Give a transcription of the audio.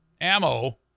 ammo